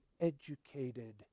educated